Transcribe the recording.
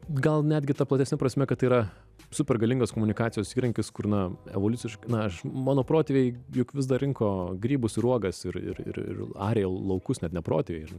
gal netgi ta platesne prasme kad tai yra super galingas komunikacijos įrankis kur na evoliuciškai na aš mano protėviai juk vis dar rinko grybus ir uogas ir ir ir arė laukus net ne protėviai ir